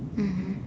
mmhmm